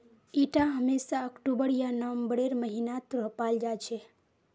इटा हमेशा अक्टूबर या नवंबरेर महीनात रोपाल जा छे